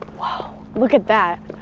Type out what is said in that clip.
whoa, look at that!